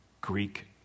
Greek